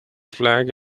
flag